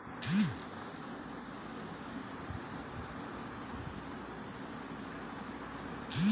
एक घास काटने की मशीन कंडीशनर की डिस्क बहुत तेज गति से घूमती है